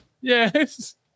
Yes